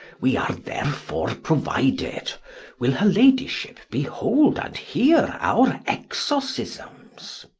we are therefore prouided will her ladyship behold and heare our exorcismes?